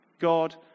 God